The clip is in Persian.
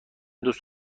دوست